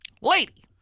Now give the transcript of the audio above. lady